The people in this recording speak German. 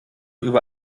über